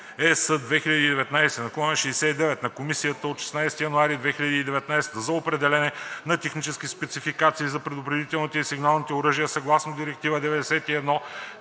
(ЕС) 2019/69 на Комисията от 16 януари 2019 г. за определяне на технически спецификации за предупредителните и сигналните оръжия съгласно Директива